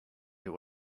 you